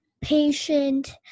patient